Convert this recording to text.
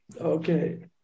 Okay